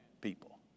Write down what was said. people